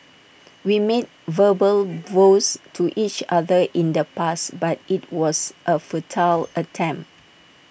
we made verbal vows to each other in the past but IT was A futile attempt